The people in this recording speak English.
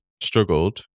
struggled